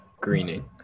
Greening